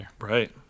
Right